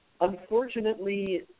unfortunately